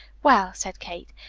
well, said kate,